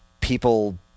people